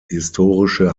historische